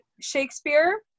shakespeare